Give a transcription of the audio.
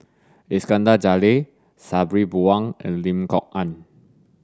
Iskandar Jalil Sabri Buang and Lim Kok Ann